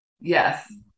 Yes